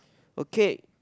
okay